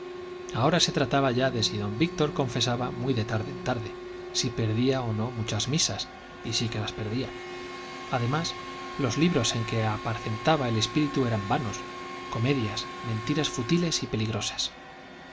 ahora se trataba ya de si don víctor confesaba muy de tarde en tarde si perdía o no muchas misas y sí que las perdía además los libros en que apacentaba el espíritu eran vanos comedias mentiras fútiles y peligrosas